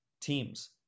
teams